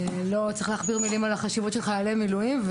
לא צריך להכביר במילים על החשיבות של חיילי מילואים,